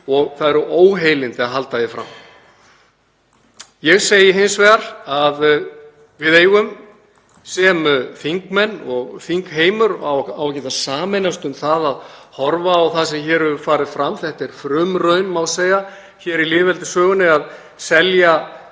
og það eru óheilindi að halda því fram. Ég segi hins vegar að við sem þingmenn og þingheimur eigum að geta sameinast um að horfa á það sem hér hefur farið fram. Þetta er frumraun, má segja hér í lýðveldissögunni, að selja